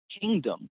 kingdom